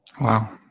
Wow